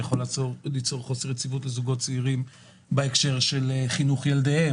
זה יכול ליצור חוסר יציבות לזוגות צעירים בהקשר של חינוך ילדיהם.